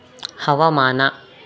ಹವಾಮಾನ